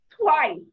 twice